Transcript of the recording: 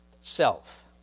self